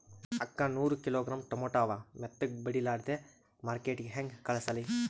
ಅಕ್ಕಾ ನೂರ kilogram tomato ಅವ, ಮೆತ್ತಗಬಡಿಲಾರ್ದೆ ಮಾರ್ಕಿಟಗೆ ಹೆಂಗ ಕಳಸಲಿ?